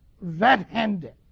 red-handed